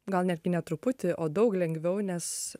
gal netgi ne truputį o daug lengviau nes